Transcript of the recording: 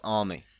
army